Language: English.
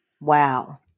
wow